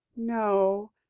no o,